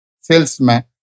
salesman